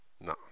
No